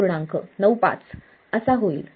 95 असा होईल